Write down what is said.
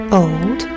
old